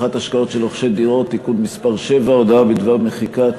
(הבטחת השקעות של רוכשי דירות) (תיקון מס' 7) (הודעה בדבר מחיקת